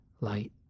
light